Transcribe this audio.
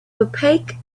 opaque